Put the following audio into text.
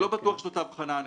אני חושבת שזה לא בסדר.